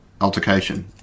altercation